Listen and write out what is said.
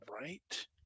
right